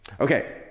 Okay